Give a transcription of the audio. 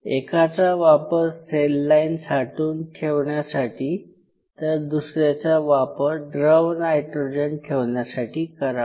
एकाचा वापर cell line साठवून ठेवण्यासाठी तर दुसऱ्याचा वापर द्रव नायट्रोजन ठेवण्यासाठी करावा